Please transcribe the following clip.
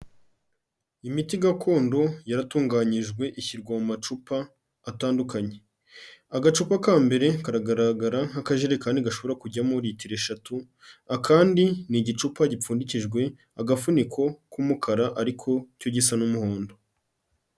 Imiti gakondo yaratunganyijwe ishyirwa mu macupa atandukanye. Agacupa ka mbere karagaragara nk'akajerekani gashobora kujyamo litiro eshatu, akandi ni igicupa gipfundikijwe agafuniko k'umukara ariko cyo gisa n'umuhondo.